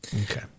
Okay